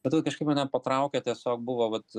bet va kažkaip mane patraukė tiesiog buvo vat